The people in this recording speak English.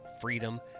freedom